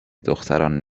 دختران